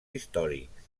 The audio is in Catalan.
històrics